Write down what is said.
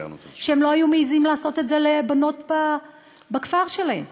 שלא היו מעזים לעשות את זה לבנות בכפר שלהם,